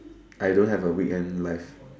I don't have a weekend life